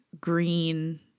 green